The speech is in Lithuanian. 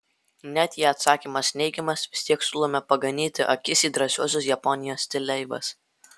net jei atsakymas neigiamas vis tiek siūlome paganyti akis į drąsiuosius japonijos stileivas